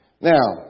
Now